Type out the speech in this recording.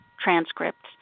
transcripts